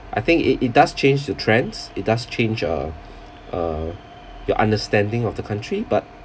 I think it it does change the trends it does change uh uh your understanding of the country but